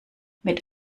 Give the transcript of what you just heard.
mit